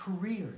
careers